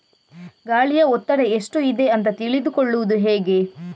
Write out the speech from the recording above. ಗಾಳಿಯ ಒತ್ತಡ ಎಷ್ಟು ಇದೆ ಅಂತ ತಿಳಿದುಕೊಳ್ಳುವುದು ಹೇಗೆ?